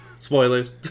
Spoilers